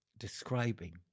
Describing